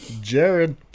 jared